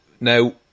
now